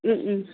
ও ও